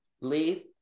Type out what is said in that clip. Lee